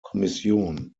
kommission